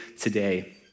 today